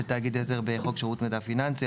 תאגיד עזר קיימת בחוק שירות מידע פיננסי,